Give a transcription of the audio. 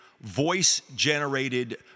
voice-generated